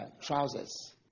Trousers